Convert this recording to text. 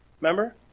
Remember